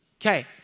okay